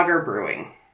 Brewing